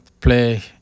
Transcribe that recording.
play